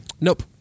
Nope